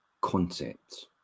concepts